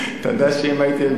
אתה יודע שאם הייתי,